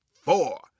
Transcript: four